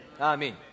Amen